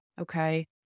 okay